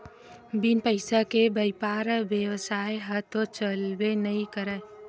बिन पइसा के बइपार बेवसाय ह तो चलबे नइ करय